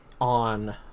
on